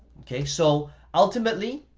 okay, so ultimately,